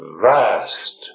Vast